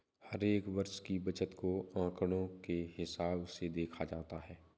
हर एक वर्ष की बचत को आंकडों के हिसाब से देखा जाता है